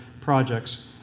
projects